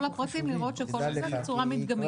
הפרטים לראות שכל עובד בצורה מדגמית.